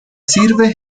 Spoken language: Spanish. sirve